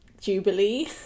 Jubilee